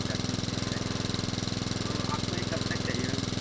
اچھا بیس بیس پیکٹ تو آپ کو یہ کب تک چاہیے میم